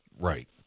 Right